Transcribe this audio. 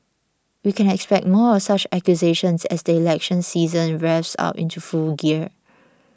we can expect more of such accusations as the election season revs up into full gear